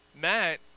Matt